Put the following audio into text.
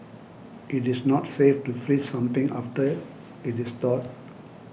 it is not safe to freeze something after it is thawed